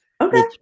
Okay